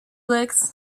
licks